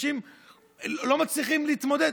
אנשים לא מצליחים להתמודד.